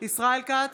ישראל כץ,